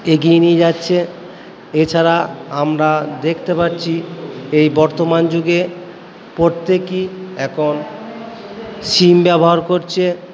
এগিয়ে নিয়ে যাচ্ছে এছাড়া আমরা দেখতে পাচ্ছি এই বর্তমান যুগে প্রত্যেকেই এখন সিম ব্যবহার করছে